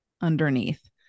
underneath